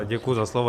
Děkuji za slovo.